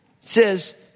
says